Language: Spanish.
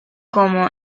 como